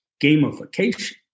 gamification